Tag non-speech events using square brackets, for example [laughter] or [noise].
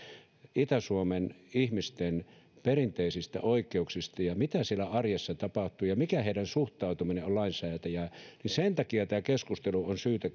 itä suomen ihmisten perinteisistä oikeuksista ja siitä mitä siellä arjessa tapahtuu ja mikä heidän suhtautumisensa on lainsäätäjään sen takia tämä keskustelu on syytä [unintelligible]